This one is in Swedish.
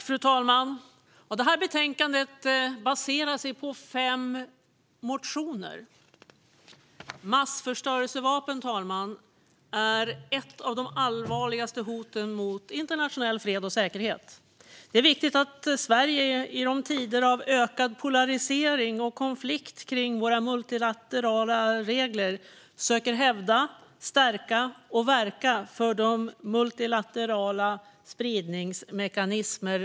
Fru talman! Det här betänkandet baseras på fem motioner. Massförstörelsevapen är ett av de allvarligaste hoten mot internationell fred och säkerhet, fru talman. Det är viktigt att Sverige i tider av ökad polarisering och konflikt kring våra multilaterala regler söker hävda, stärka och verka för de multilaterala spridningsmekanismer vi har.